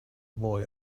boy